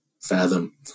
fathom